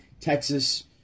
Texas